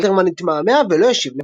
אלתרמן התמהמה ולא השיב לוואלין.